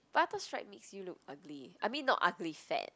but I thought stripe makes you look ugly I mean not ugly fat